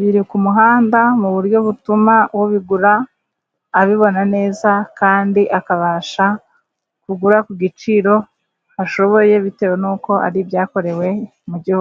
biri ku muhanda, mu buryo butuma ubigura abibona neza, kandi akabasha kugura ku giciro ashoboye, bitewe n'uko ari ibyakorewe mu gihugu.